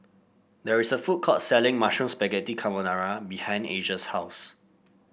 there is a food court selling Mushroom Spaghetti Carbonara behind Asia's house